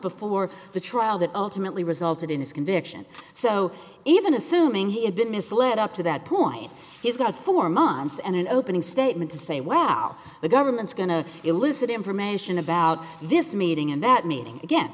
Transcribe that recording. before the trial that ultimately resulted in his conviction so even assuming he had been misled up to that point he's got four months and an opening statement to say what the government's going to elicit information about this meeting and that meeting